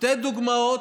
שתי דוגמאות.